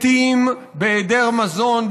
בהיעדר מזון,